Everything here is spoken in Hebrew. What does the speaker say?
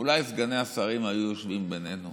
אולי סגני השרים היו יושבים בינינו.